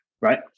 right